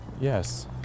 yes